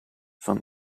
van